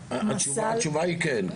התשובה היא כן,